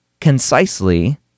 concisely